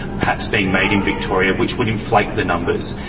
perhaps being made in victoria which would inflate the numbers.